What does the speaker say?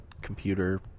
computer